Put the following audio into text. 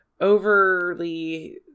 overly